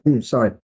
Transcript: Sorry